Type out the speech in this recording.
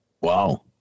Wow